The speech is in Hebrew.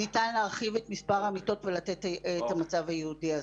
ניתן להרחיב את מספר המיטות ולתת את המצב הייעודי הזה.